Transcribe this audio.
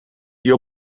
die